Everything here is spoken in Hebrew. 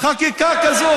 חקיקה כזאת,